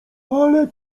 ale